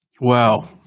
Wow